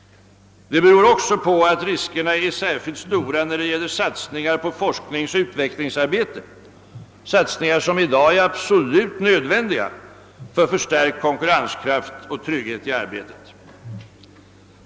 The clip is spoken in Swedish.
Det beror också på att riskerna är särskilt stora när det gäller satsningar på forskningsoch utvecklingsarbete, satsningar som i dag är absolut nödvändiga för förstärkt konkurrenskraft och trygghet i arbetet.